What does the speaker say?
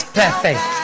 perfect